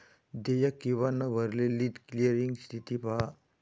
देयक किंवा न भरलेली क्लिअरिंग स्थिती पहा